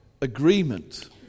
agreement